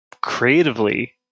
creatively